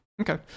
okay